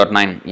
nine